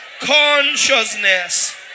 consciousness